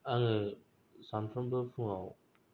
आङो सानफ्रोमबो फुंआव